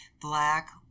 black